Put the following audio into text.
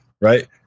Right